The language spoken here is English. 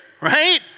right